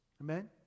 Amen